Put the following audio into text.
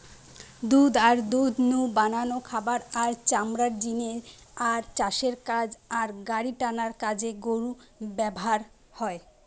দুধ আর দুধ নু বানানো খাবার, আর চামড়ার জিনে আর চাষের কাজ আর গাড়িটানার কাজে গরু ব্যাভার হয়